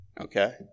Okay